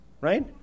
Right